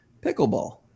pickleball